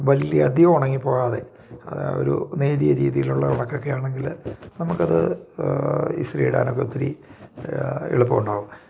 വലിയ അധികം ഉണങ്ങിപ്പോകാതെ ഒരു നേരിയ രീതിയിലുള്ള ഉണക്കമൊക്കെ ആണെങ്കിൽ നമുക്ക് അത് ഇസ്തിരി ഇടാനൊക്കെ ഒത്തിരി എളുപ്പം ഉണ്ടാകും